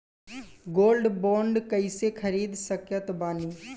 Gold bond कईसे खरीद सकत बानी?